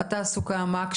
היא עובדת במעון 'בית